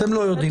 אתם לא יודעים.